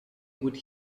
would